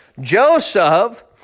Joseph